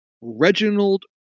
Reginald